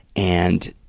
and,